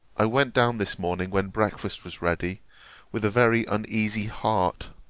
i went down this morning when breakfast was ready with a very uneasy heart,